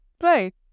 Right